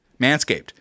Manscaped